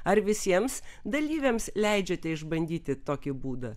ar visiems dalyviams leidžiate išbandyti tokį būdą